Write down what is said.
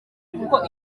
kuko